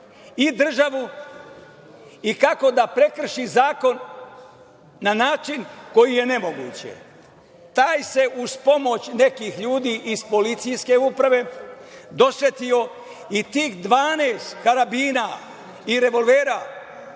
i državu i kako da prekrši zakon na način koji je nemoguć? Taj se uz pomoć nekih ljudi iz policijske uprave dosetio i tih 12 karabina i revolvera